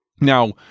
Now